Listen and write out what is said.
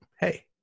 hey